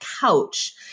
couch